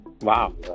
Wow